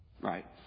right